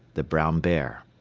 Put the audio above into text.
the brown bear.